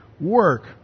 work